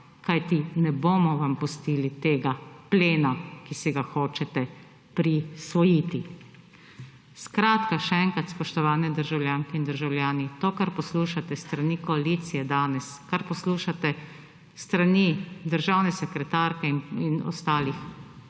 kajti ne bomo vam pustili tega plena, ki si ga hočete prisvojiti. Skratka še enkrat, spoštovane državljanke in državljani, to, kar poslušate s strani koalicije danes, kar poslušate s strani državne sekretarke in ostalih,